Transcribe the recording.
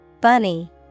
Bunny